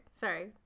sorry